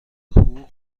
حقوق